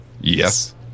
Yes